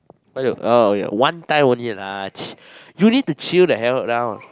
why you oh okay one time only lah you need to chill the hell down